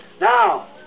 Now